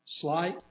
Slight